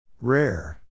Rare